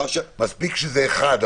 מספיק שזה אחד,